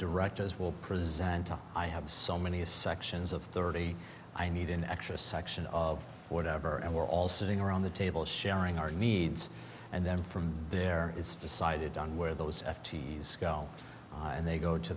directors will preside to i have so many a sections of thirty i need an extra section of whatever and we're all sitting around the table sharing our needs and then from there it's decided on where those f t's go and they go to